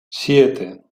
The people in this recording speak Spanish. siete